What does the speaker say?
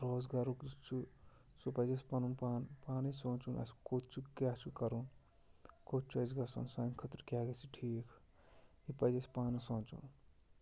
روزگارُک یُس چھُ سُہ پَزِ اَسہِ پَنُن پان پانَے سونٛچُن اَسہِ کوٚت چھُ کیٛاہ چھُ کَرُن کوٚت چھُ اَسہِ گژھُن سانہِ خٲطرٕ کیٛاہ گژھِ ٹھیٖک یہِ پَزِ اَسہِ پانہٕ سونٛچُن